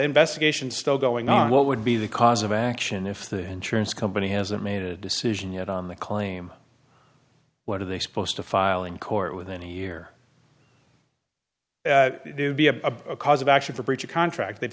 investigation is still going on what would be the cause of action if the insurance company hasn't made a decision yet on the claim what are they supposed to file in court within a year be a cause of action for breach of contract they've